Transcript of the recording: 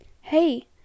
Hey